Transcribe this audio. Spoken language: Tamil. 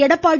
எடப்பாடி